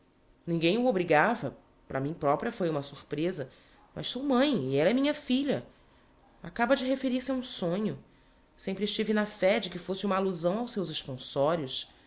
o obrigava para mim propria foi uma surpreza mas sou mãe e ella é minha filha acaba de referir-se a um sonho sempre estive na fé de que fosse uma allusão aos seus esponsorios